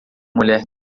mulher